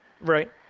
Right